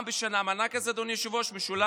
אדוני היושב-ראש, המענק הזה משולם